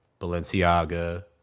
balenciaga